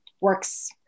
works